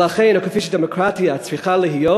ולכן כפי שדמוקרטיה צריכה להיות,